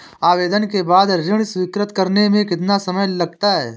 आवेदन के बाद ऋण स्वीकृत करने में कितना समय लगता है?